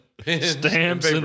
stamps